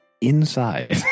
inside